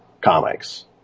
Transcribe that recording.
comics